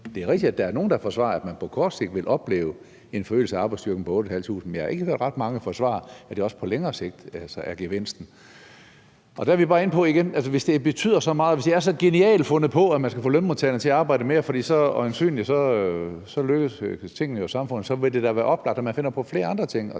Det er rigtigt, at der er nogen, der forsvarer, at man på kort sigt vil opleve en forøgelse af arbejdsstyrken på 8.500, men jeg har ikke hørt ret mange forsvare, at det også på længere sigt er gevinsten. Der er vi bare igen inde på, at hvis det betyder så meget, hvis det er så genialt fundet på, at man skal få lønmodtagerne til at arbejde mere, for så lykkes tingene i samfundet øjensynligt, så vil det da være oplagt, at man finder på flere andre ting